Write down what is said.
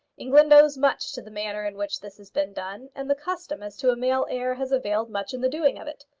england owes much to the manner in which this has been done, and the custom as to a male heir has availed much in the doing of it.